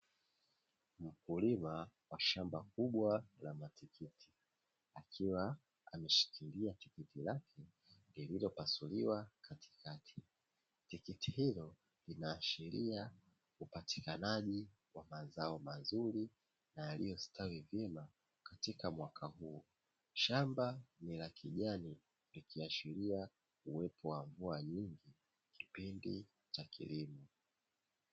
Mkulima wa shamba kubwa la tikiti, akiwa ameshikilia tikiti lililopasuliwa katikati; tikiti hilo linaashiria upatikanaji wa mazao mazuri na yaliyostawi vyema katika mwaka huu, shamba ni la kijani likiashiria uwepo wa mvua nyingi kipindi cha kilimo.